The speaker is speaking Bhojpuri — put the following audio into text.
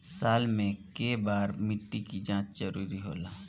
साल में केय बार मिट्टी के जाँच जरूरी होला?